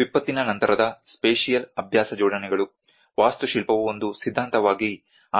ವಿಪತ್ತಿನ ನಂತರದ ಸ್ಪೇಷಿಯಲ್ ಅಭ್ಯಾಸ ಜೋಡಣೆಗಳು ವಾಸ್ತುಶಿಲ್ಪವು ಒಂದು ಸಿದ್ಧಾಂತವಾಗಿ